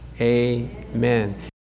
amen